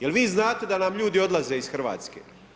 Jel' vi znate da nam ljudi odlaze iz Hrvatske?